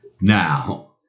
now